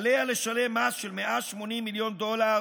עליה לשלם מס של 180 מיליון דולרים